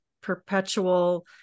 perpetual